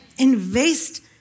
Invest